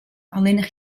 allinnich